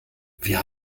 wir